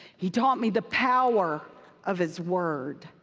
he taught me the power of his word.